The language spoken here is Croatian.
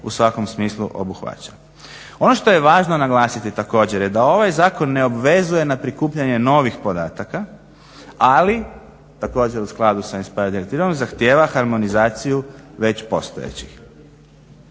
u svakom smislu obuhvaća. Ono što je važno naglasiti također da je ovaj zakon ne obvezuje na prikupljanje novih podataka ali u skladu sa INSPIRE direktivom zahtjeva harmonizaciju već postojećih.